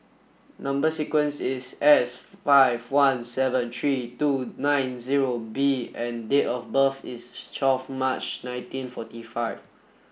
number sequence is S five one seven three two nine zero B and date of birth is twelve March nineteen forty five